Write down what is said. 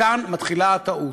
מכאן מתחילה הטעות.